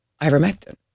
Ivermectin